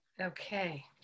Okay